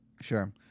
Sure